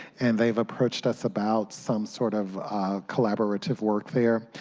and they have approached us about some sort of collaborative work there.